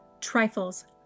Trifles